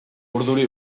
urduri